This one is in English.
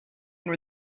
were